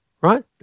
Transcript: Right